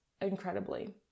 incredibly